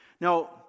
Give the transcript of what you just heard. Now